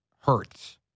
Hurts